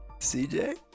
CJ